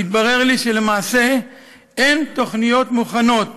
והתברר לי שלמעשה אין תוכניות מוכנות